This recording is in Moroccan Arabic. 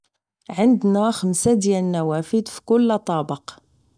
عندنا خمسة النوافذ فكل طابق